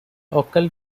occult